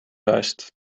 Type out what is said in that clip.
vuist